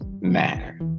matter